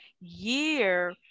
year